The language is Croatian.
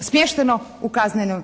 smješteno u Kazneni